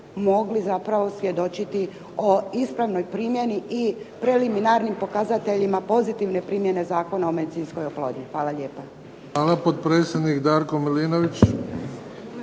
mogli zapravo svjedočiti o ispravnoj primjeni i preliminarnim pokazateljima pozitivne primjene Zakona o medicinskoj oplodnji. Hvala lijepa. **Bebić, Luka (HDZ)** Hvala. Potpredsjednik Darko Milinović.